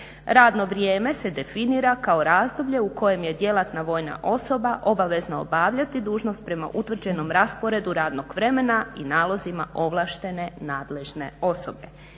Radno vrijeme se definira kao razdoblje u kojem je djelatna vojna osoba obavezna obavljati dužnost prema utvrđenom rasporedu radnog vremena i nalozima ovlaštene nadležne osobe.